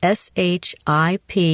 ship